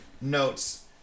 Notes